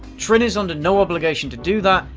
trin is under no obligation to do that,